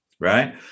right